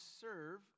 serve